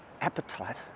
appetite